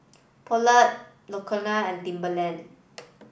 Poulet L'Occitane and Timberland